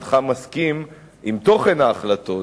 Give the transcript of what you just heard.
שאינך מסכים עם תוכן ההחלטות,